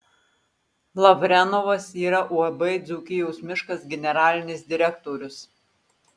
lavrenovas yra uab dzūkijos miškas generalinis direktorius